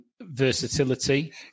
versatility